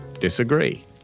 disagree